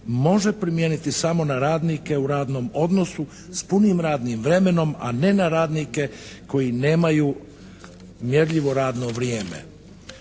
može primijeniti samo na radnike u radnom odnosu s punim radnim vremenom a ne na radnike koji nemaju mjerljivo radno vrijeme.